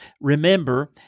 remember